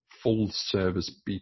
full-service